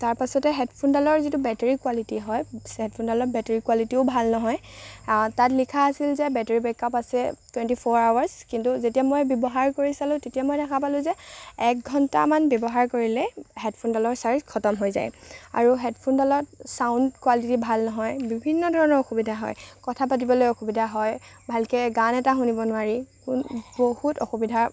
তাৰপিছতে হেডফোনডালৰ যিটো বেটেৰী কুৱালিটি হয় হেডফোনডালৰ বেটেৰী কুৱালিটিও ভাল নহয় তাত লিখা আছিল যে বেটেৰী বেক আপ আছে টুৱেন্টি ফ'ৰ আৱাৰছ্ কিন্তু যেতিয়া মই ব্যৱহাৰ কৰি চালো তেতিয়া মই দেখা পালো যে এক ঘন্টামান ব্যৱহাৰ কৰিলে হেডফোনডালৰ ছাৰ্জ খতম হৈ যায় আৰু হেডফোনডালত ছাউণ্ড কুৱালিটি ভাল নহয় বিভিন্ন ধৰণৰ অসুবিধা হয় কথা পাতিবলৈ অসুবিধা হয় ভালকে গান এটা শুনিব নোৱাৰি বহুত অসুবিধাৰ